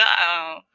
No